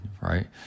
right